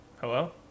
Hello